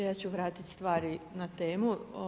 Ja ću vratiti stvari na temu.